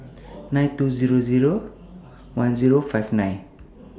nine two Zero Zero one Zero five nine